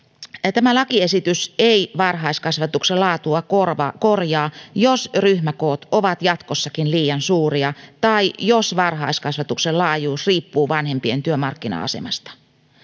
tämä lakiesitys ei varhaiskasvatuksen laatua korjaa korjaa jos ryhmäkoot ovat jatkossakin liian suuria tai jos varhaiskasvatuksen laajuus riippuu vanhempien työmarkkina asemasta